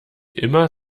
immer